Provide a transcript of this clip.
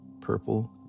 purple